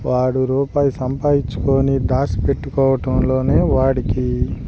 వాడు రూపాయి సంపాదించుకొని దాచి పెట్టుకోవటంలోనే వాడికి